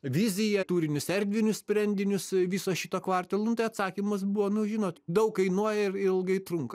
viziją tūrinius erdvinius sprendinius viso šito kvartalo nu tai atsakymas buvo nu žinot daug kainuoja ir ilgai trunka